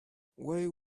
why